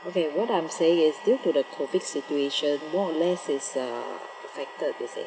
okay what I'm saying is due to the COVID situation more or less it's uh affected you see